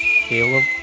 Caleb